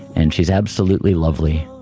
and she is absolutely lovely.